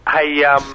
Hey